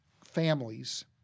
families